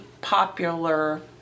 popular